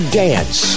dance